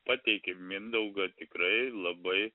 pateikė mindaugą tikrai labai